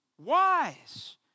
wise